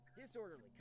disorderly